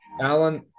Alan